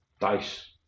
dice